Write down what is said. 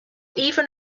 even